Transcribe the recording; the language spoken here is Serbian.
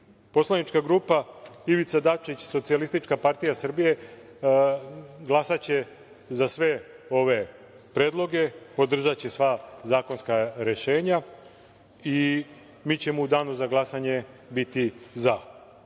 grupa Ivica Dačić - Socijalistička partija Srbije glasaće za sve ove predloge, podržaće sva zakonska rešenja i mi ćemo u danu za glasanje biti